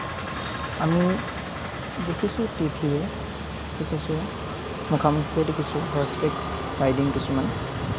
আমি দেখিছোঁ টিভিত দেখিছোঁ মুখামুখিকৈ দেখিছোঁ হৰ্চবেক ৰাইডিং কিছুমান